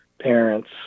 parents